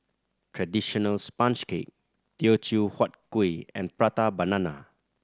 traditional sponge cake Teochew Huat Kuih and Prata Banana